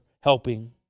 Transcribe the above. helping